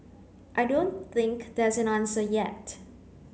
I don't think there's an answer yet